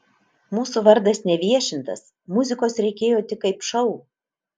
mūsų vardas neviešintas muzikos reikėjo tik kaip šou